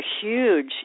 huge